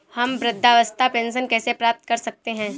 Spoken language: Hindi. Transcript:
हम वृद्धावस्था पेंशन कैसे प्राप्त कर सकते हैं?